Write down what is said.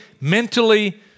mentally